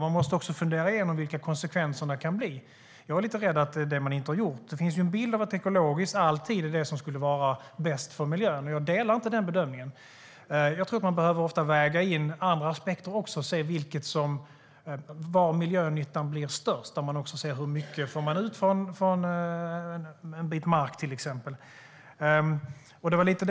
Man måste också fundera igenom vilka konsekvenserna kan bli. Jag är rädd att man inte har gjort det. Det finns en bild av att det ekologiska är det som alltid ska vara bäst för miljön. Jag delar inte den bedömningen. Jag tror att man ofta behöver väga in andra aspekter också och se var miljönyttan blir störst och hur mycket som kan tas ut från en bit mark.